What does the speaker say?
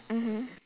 mmhmm